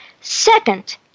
Second